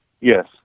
Yes